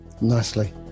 Nicely